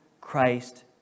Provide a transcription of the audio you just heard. Christ